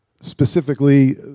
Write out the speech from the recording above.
specifically